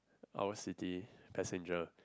owl city passenger